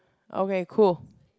okay cool